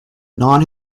non